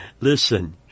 Listen